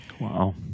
Wow